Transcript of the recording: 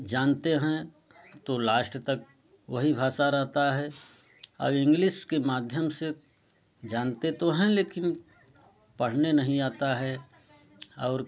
जानते हैं तो लाष्ट तक वही भाषा रहता है और इंग्लिस के माध्यम से जानते तो हैं लेकिन पढ़ने नहीं आता है और